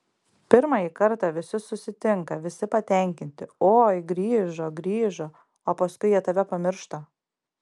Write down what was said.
pirmąjį kartą visi susitinka visi patenkinti oi grįžo grįžo o paskui jie tave pamiršta